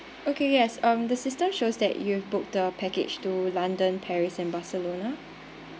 okay yes um the system shows that you've booked the package to london paris and barcelona